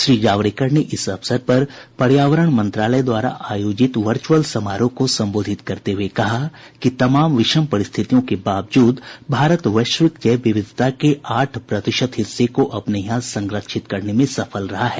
श्री जावड़ेकर ने इस अवसर पर पर्यावरण मंत्रालय द्वारा आयोजित वर्चुअल समारोह को संबोधित करते हुए कहा कि तमाम विषम परिस्थितियों के बावजूद भारत वैश्विक जैव विविधता के आठ प्रतिशत हिस्से को अपने यहां संरक्षित करने में सफल रहा है